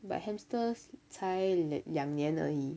but hamsters 才两年而已